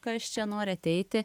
kas čia nori ateiti